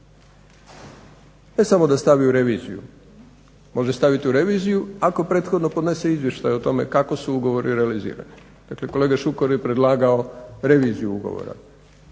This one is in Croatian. Ne samo da stavi u reviziju, može staviti u reviziju ako prethodno podnese izvještaj o tome kako su ugovori realizirani. Dakle, kolega Šuker je predlagao reviziju ugovora.